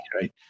right